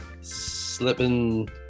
slipping